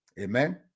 amen